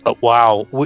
Wow